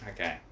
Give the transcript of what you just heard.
Okay